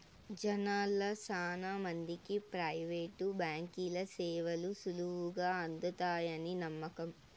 జనాల్ల శానా మందికి ప్రైవేటు బాంకీల సేవలు సులువుగా అందతాయని నమ్మకం